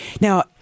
Now